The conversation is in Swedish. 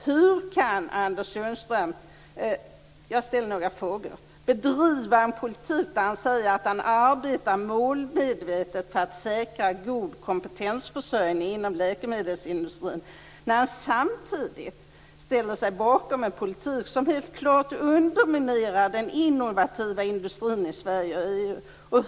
Hur kan Anders Sundström bedriva en politik som han säger innebär att han målmedvetet arbetar för att säkra god kompetens inom läkemedelsindustrin när han samtidigt ställer sig bakom en politik som helt klart underminerar den innovativa industrin i Sverige och EU?